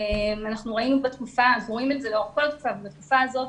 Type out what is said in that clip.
אנחנו רואים את זה לאורך כל התקופה אבל בתקופה הזאת